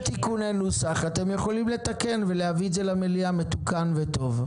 תיקוני נוסח אתם יכולים לתקן ולהביא את זה למליאה מתוקן וטוב,